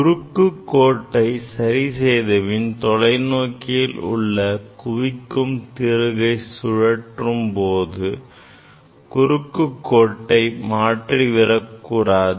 குறுக்கு கோட்டை சரி செய்த பின் தொலைநோக்கியில் உள்ள குவிக்கும் திருகை சுழற்றும் போது குறுக்குக்கோட்டை மாற்றிவிடக்கூடாது